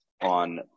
on